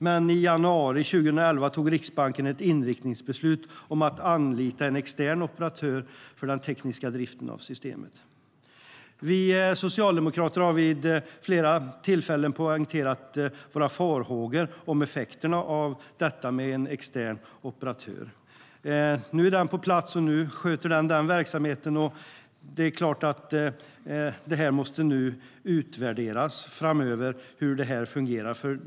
Men i januari 2011 fattade Riksbanken ett inriktningsbeslut om att anlita en extern operatör för den tekniska driften av systemet. Vi socialdemokrater har vid flera tillfällen poängterat våra farhågor om effekterna av en extern operatör. Nu är den på plats och sköter verksamheten. Det måste utvärderas framöver hur det fungerar.